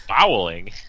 Bowling